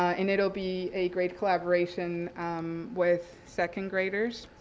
and it'll be a great collaboration with second graders.